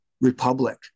Republic